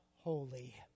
holy